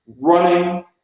running